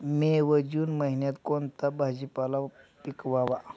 मे व जून महिन्यात कोणता भाजीपाला पिकवावा?